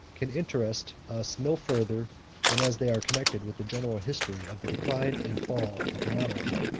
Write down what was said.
can interest us no farther than as they are connected with the general history of the decline and fall of the monarchy.